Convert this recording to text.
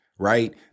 Right